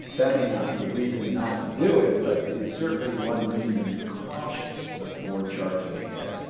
that may not be a reason not to do it but it is certainly one reason to be cautious before charging ahead.